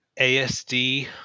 ASD